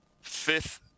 fifth